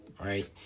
right